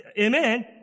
amen